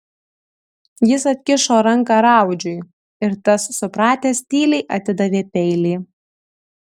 jis atkišo ranką raudžiui ir tas supratęs tyliai atidavė peilį